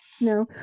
No